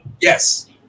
Yes